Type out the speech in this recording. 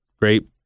great